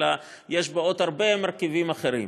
אלא יש בו עוד הרבה מרכיבים אחרים.